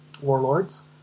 Warlords